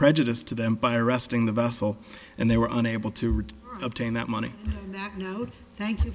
prejudice to them by arresting the vessel and they were unable to obtain that money thank you